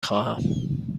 خواهم